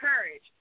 Courage